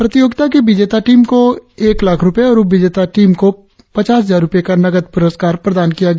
प्रतिक्रिया की विजेता टीम को एक लाख रुपए और उप विजेता टीम को पचास हजार का नगद प्रस्कार प्रदान किया गया